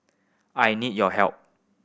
I need your help